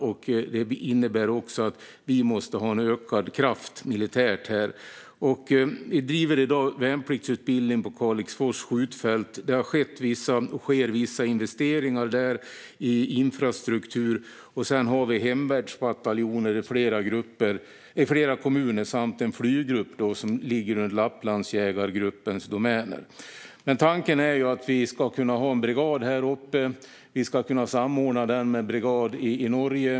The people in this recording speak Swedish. Det innebär också att vi måste ha en ökad militär kraft där. Vi har i dag värnpliktsutbildning på Kalixfors skjutfält, där det har skett och sker vissa investeringar i infrastruktur, och sedan har vi hemvärnsbataljoner i flera kommuner samt en flyggrupp som ligger under Lapplandsjägargruppens domäner. Tanken är ju att vi ska ha en brigad där uppe som vi ska kunna samordna med brigad i Norge.